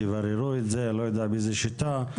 תבררו את זה, ואני לא יודע באיזה שיטה.